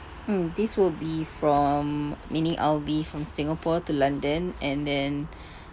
hmm this will be from meaning I'll be from singapore to london and then